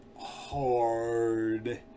hard